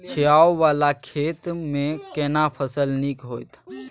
छै ॉंव वाला खेत में केना फसल नीक होयत?